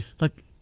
Look